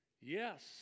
Yes